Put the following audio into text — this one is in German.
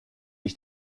ich